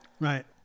Right